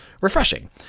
refreshing